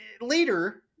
later